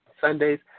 Sundays